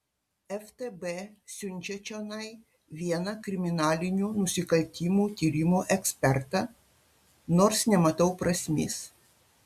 ftb siunčia čionai vieną kriminalinių nusikaltimų tyrimų ekspertą nors nematau prasmės